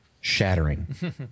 Shattering